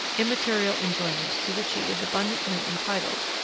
immaterial enjoyments to which he is abundantly entitled,